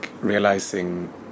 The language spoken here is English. realizing